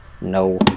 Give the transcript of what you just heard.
No